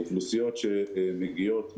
אתם יכולים לרכז את זה.